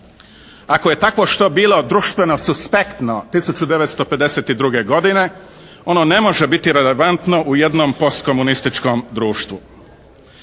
Ako je takvo što bilo društveno suspektno 1952. godine ono ne može biti relevantno u jednom postkomunističkom društvu.